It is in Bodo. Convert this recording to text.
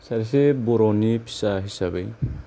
सासे बर'नि फिसा हिसाबै